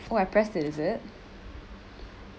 oh I press it is it